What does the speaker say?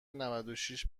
نودوشش